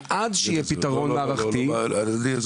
אבל עד שיהיה פתרון מערכתי --- לא,